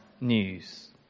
news